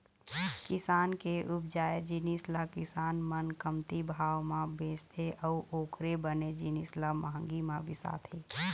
किसान के उपजाए जिनिस ल किसान मन कमती भाव म बेचथे अउ ओखरे बने जिनिस ल महंगी म बिसाथे